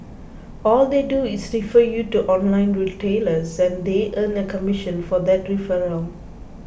all they do is refer you to online retailers and they earn a commission for that referral